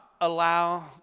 allow